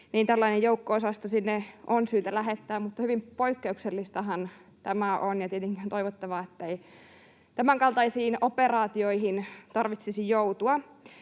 niin tällainen joukko-osasto sinne on syytä lähettää. Mutta hyvin poikkeuksellistahan tämä on, ja tietenkin on ihan toivottavaa, että ei tämänkaltaisiin operaatioihin tarvitsisi joutua.